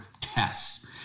tests